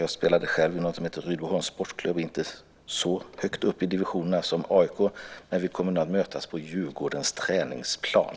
Själv spelade jag i Rydboholms sportklubb men inte så högt upp i divisionerna som AIK. Men nu kommer vi att mötas på Djurgårdens träningsplan.